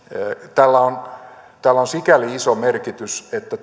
tällä on sikäli iso merkitys että